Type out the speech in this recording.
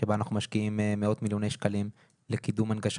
בה אנחנו משקיעים מאות מיליוני שקלים לקידום הנגשה